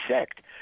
sect